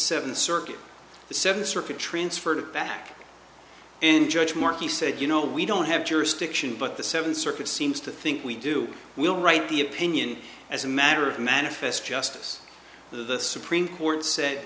seventh circuit the seventh circuit transferred back and judge moore he said you know we don't have jurisdiction but the seventh circuit seems to think we do we'll write the opinion as a matter of manifest justice the supreme court said